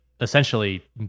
essentially